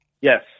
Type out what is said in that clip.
yes